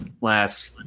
last